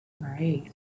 right